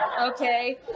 Okay